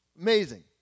Amazing